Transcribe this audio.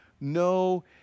no